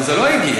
אבל זה לא הגיע.